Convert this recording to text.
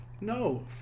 No